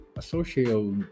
Social